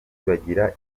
bagira